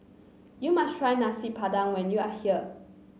you must try Nasi Padang when you are here